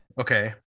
Okay